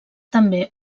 també